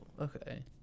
okay